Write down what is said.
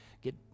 get